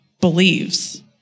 believes